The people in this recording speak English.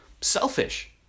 selfish